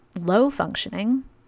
low-functioning